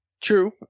True